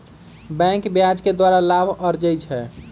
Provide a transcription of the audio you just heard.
बैंके ब्याज के द्वारा लाभ अरजै छै